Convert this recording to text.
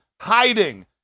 hiding